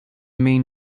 main